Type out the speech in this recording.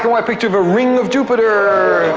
white picture of a ring of jupiter!